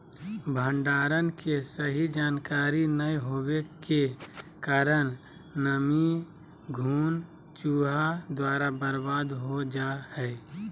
भंडारण के सही जानकारी नैय होबो के कारण नमी, घुन, चूहा द्वारा बर्बाद हो जा हइ